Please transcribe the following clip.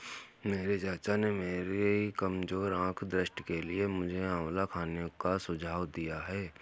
मेरे चाचा ने मेरी कमजोर आंख दृष्टि के लिए मुझे आंवला खाने का सुझाव दिया है